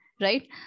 right